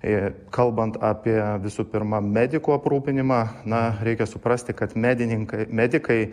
ir kalbant apie visų pirma medikų aprūpinimą na reikia suprasti kad medininkai medikai